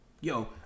Yo